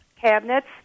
cabinets